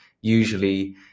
usually